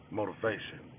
motivation